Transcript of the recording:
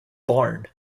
barn